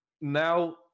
Now